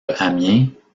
amiens